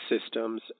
systems